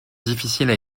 difficiles